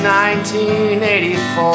1984